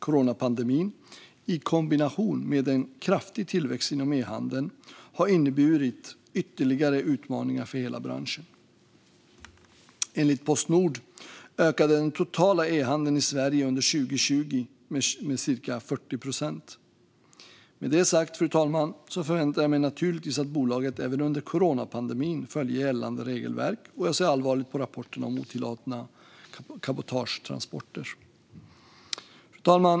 Coronapandemin, i kombination med en kraftig tillväxt inom e-handeln, har inneburit ytterligare utmaningar för hela branschen. Enligt Postnord ökade den totala e-handeln i Sverige under 2020 med cirka 40 procent. Med det sagt, fru talman, förväntar jag mig naturligtvis att bolaget även under coronapandemin följer gällande regelverk, och jag ser allvarligt på rapporterna om otillåtna cabotagetransporter. Fru talman!